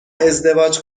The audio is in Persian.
ازدواج